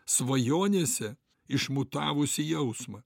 svajonėse išmutavusi jausmą